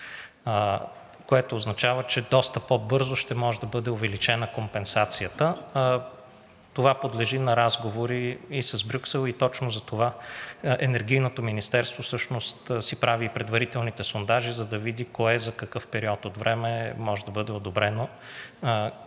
което означава, че доста по-бързо ще може да бъде увеличена компенсацията. Това подлежи на разговори с Брюксел и точно затова Енергийното министерство всъщност прави предварителни сондажи, за да види кое за какъв период от време може да бъде одобрено, тъй като